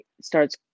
starts